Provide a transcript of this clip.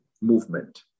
movement